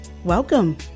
welcome